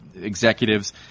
executives